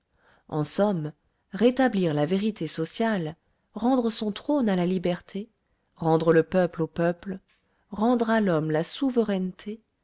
en somme rétablir la vérité sociale rendre son trône à la liberté rendre le peuple au peuple rendre à l'homme la souveraineté